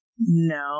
no